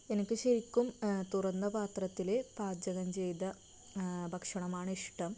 എനിക്ക് ശെരിക്കും തുറന്ന പാത്രത്തില് പാചകം ചെയ്ത ഭക്ഷണമാണ് ഇഷ്ടം